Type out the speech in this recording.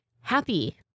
happy